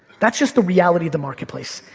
that's just the reality of the marketplace.